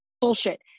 bullshit